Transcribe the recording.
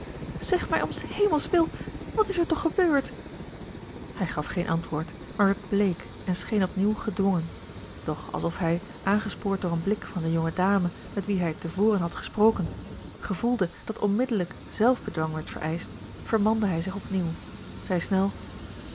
zeg mij om s hemelswil wat is er toch gebeurd hij gaf geen antwoord maar werd bleek en scheen opnieuw gedwongen doch alsof hij aangespoord door een blik van de jonge dame met wie hij te voren had gesproken gevoelde dat onmiddellijk zelfbedwang werd vereischt vermande hij zich opnieuw zei snel